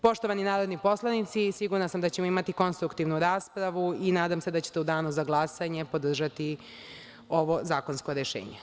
Poštovani narodni poslanici, sigurna sam da ćemo imati konstruktivnu raspravu i nadam se da ćete u danu za glasanje podržati ovo zakonsko rešenje.